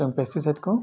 जों पेस्तिसाइटखौ